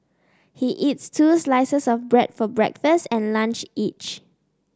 he eats two slices of bread for breakfast and lunch each